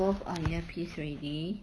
both on ear piece already